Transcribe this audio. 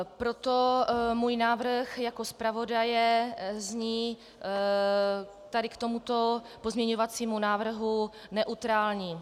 Proto můj návrh jako zpravodaje zní tady k tomuto pozměňovacímu návrhu neutrální.